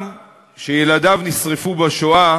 עם שילדיו נשרפו בשואה